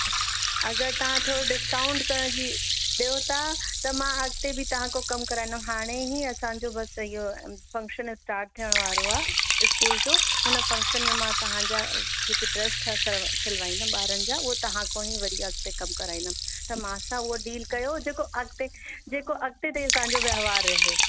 अच्छा अगरि तव्हां थोरो डिस्काउंट करे ॾियो था त मां अॻिते बि तव्हां खां कमु कराईंदमि हाणे ही असांजो बसि इहो फंक्शन स्टाट थियण वारो आहे स्कूल जो हुन फ़ंक्शन में मां तव्हां जा जेके ड्रैस ठा सिलवाए सिलवाईंदमि ॿारनि जा उहे तव्हां खां ई वरि अॻिते कमु कराईंदमि त मां सां उहो डील कयो जेको अॻिते जेको अॻिते ताईं असांजो व्यवहार रहे